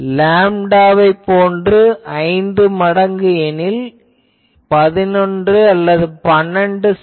லேம்டாவைப் போன்று 5 மடங்கு எனில் 11 12 செ